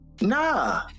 Nah